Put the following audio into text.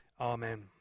Amen